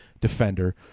defender